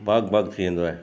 बाग बाग थी वेंदो आहे